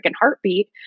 heartbeat